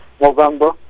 November